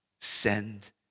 send